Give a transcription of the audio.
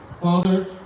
Father